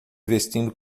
vestindo